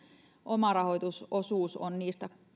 omarahoitusosuus on